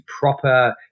proper